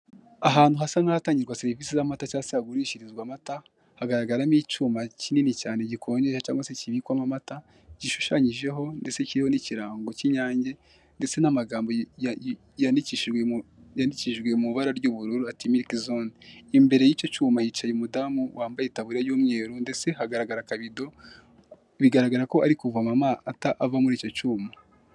Ahantu hasa n'ahatangirwa serivisi z'amata cyangwa se hagurishirizwa amata hagaragaramo icyuma kinini cyane gikonjesha cyangwa se kibikwamo amata, gishushanyijeho ndetse kiriho n'ikirango k'inyange ndetse n'amagambo yandikishijwe mu ibara ry'ubururu atimiki zone imbere y'icyo cyuma hicaye umudamu wambaye itaburiya y'umweru ndetse hagaragara akabido bigaragara ko ari kuvama ata ava muri icyo cyuma.